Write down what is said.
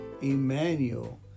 Emmanuel